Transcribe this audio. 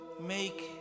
make